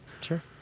Sure